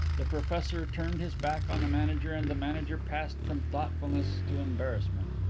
the professor turned his back on the manager and the manager passed from thoughtfulness to embarrassment.